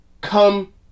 come